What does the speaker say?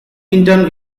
intern